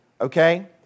Okay